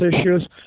issues